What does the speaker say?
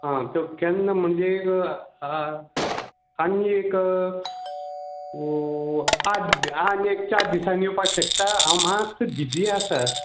आ त्यो केन्ना म्हणजे आनी एक आठ आनी एक चार दिसानी येवपाक शकता हांव मातसो बिजी आसा